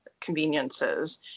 conveniences